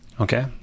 Okay